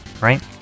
right